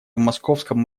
московском